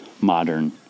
modern